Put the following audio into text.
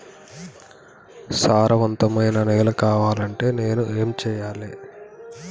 సారవంతమైన నేల కావాలంటే నేను ఏం చెయ్యాలే?